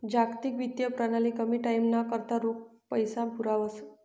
जागतिक वित्तीय प्रणाली कमी टाईमना करता रोख पैसा पुरावस